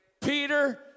Peter